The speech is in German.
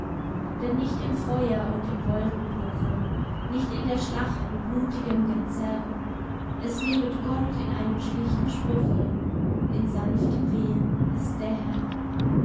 denn nicht im feuer und im wolkenbruche nicht in der schlachten blutigem gezerr es lebet gott in einem schlichten spruche in sanftem wehen ist der herr